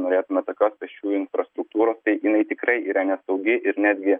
norėtume tokios pėsčiųjų infrastruktūros tai jinai tikrai yra nesaugi ir netgi